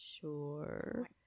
Sure